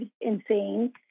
insane